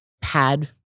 pad